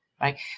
right